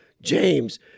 James